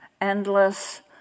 endless